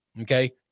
okay